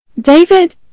David